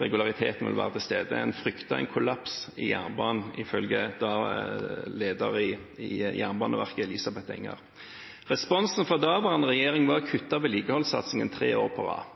regulariteten vil være til stede. En fryktet en kollaps i jernbanen, ifølge daværende leder i Jernbaneverket, Elisabeth Enger. Responsen fra daværende regjering var å kutte vedlikeholdssatsingen tre år på rad.